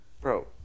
Bro